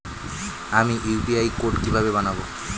আমি UPI code কিভাবে বানাব?